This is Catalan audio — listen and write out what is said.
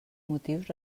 motius